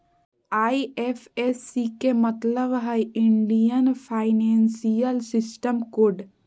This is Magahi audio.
आई.एफ.एस.सी के मतलब हइ इंडियन फाइनेंशियल सिस्टम कोड